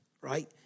right